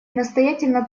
настоятельно